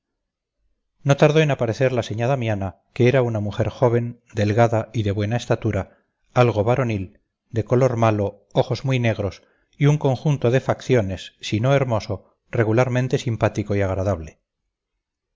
no tardó en aparecer la señá damiana que era una mujer joven delgada y de buena estatura algo varonil de color malo ojos muy negros y un conjunto de facciones si no hermoso regularmente simpático y agradable